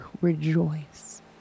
rejoice